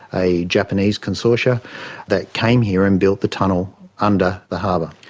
a japanese consortia that came here and built the tunnel under the harbour.